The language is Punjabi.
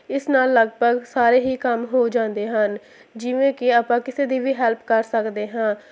ਇਸ ਨਾਲ ਲਗਭਗ ਸਾਰੇ ਹੀ ਕੰਮ ਹੋ ਜਾਂਦੇ ਹਨ ਜਿਵੇਂ ਕਿ ਆਪਾਂ ਕਿਸੇ ਦੀ ਵੀ ਹੈਲਪ ਕਰ ਸਕਦੇ ਹਾਂ